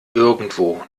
irgendwo